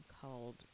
called